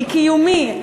מקיומך,